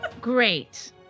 Great